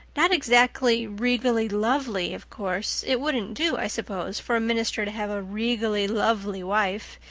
not exactly regally lovely, of course it wouldn't do, i suppose, for a minister to have a regally lovely wife,